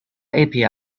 api